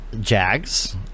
jags